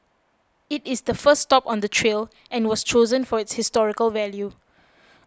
it is the first stop on the trail and was chosen for its historical value